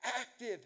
active